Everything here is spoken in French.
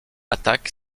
attaque